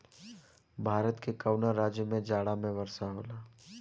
भारत के कवना राज्य में जाड़ा में वर्षा होला?